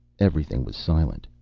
everything was silent.